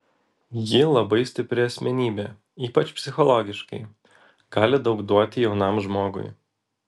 ji labai stipri asmenybė ypač psichologiškai gali daug duoti jaunam žmogui